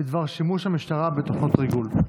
בדבר שימוש המשטרה בתוכנות ריגול.